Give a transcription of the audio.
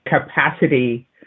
capacity